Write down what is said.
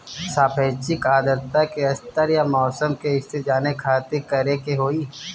सापेक्षिक आद्रता के स्तर या मौसम के स्थिति जाने खातिर करे के होई?